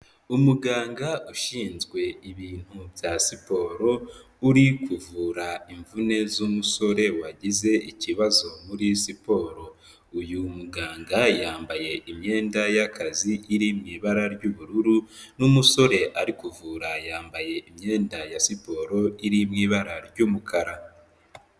Umuganga ushinzwe ibintu bya siporo uri kuvura imvune z'umusore wagize ikibazo muri siporo. Uyu muganga yambaye imyenda y'akazi iri mu ibara ry'ubururu n'umusore ari kuvura yambaye imyenda ya siporo iri mu ibara ry'umukara.